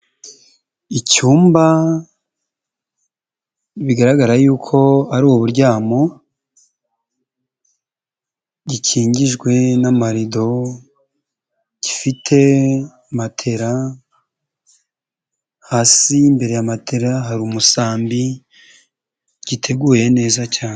Icyumba bigaragara yuko ari uburyamo, gikingijwe n'amarido, gifite matera, hasi imbere ya matela hari umusambi, giteguye neza cyane.